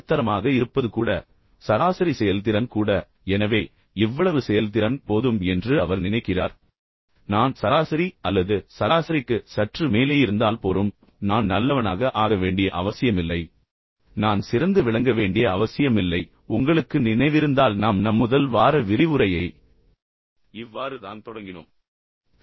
நடுத்தரமாக இருப்பது கூட சராசரி செயல்திறன் கூட எனவே இவ்வளவு செயல்திறன் போதும் என்று அவர் நினைக்கிறார் நான் சராசரி அல்லது சராசரிக்கு சற்று மேலே இருந்தால் போறும் நான் நல்லவனாக ஆக வேண்டிய அவசியமில்லை நான் சிறந்தவனாக ஆக வேண்டிய அவசியமில்லை நான் சிறந்து விளங்க வேண்டிய அவசியமில்லை உங்களுக்கு நினைவிருந்தால் நாம் நம் முதல் வார விரிவுரையை இவ்வாறு தான் தொடங்கினோம்